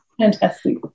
fantastic